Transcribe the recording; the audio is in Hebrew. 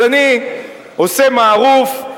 אז אני עושה "מערוף",